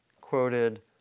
quoted